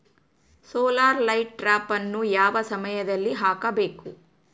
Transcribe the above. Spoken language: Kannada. ಸೋಲಾರ್ ಲೈಟ್ ಟ್ರಾಪನ್ನು ಯಾವ ಸಮಯದಲ್ಲಿ ಹಾಕಬೇಕು?